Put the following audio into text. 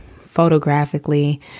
photographically